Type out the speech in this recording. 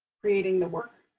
creating the work.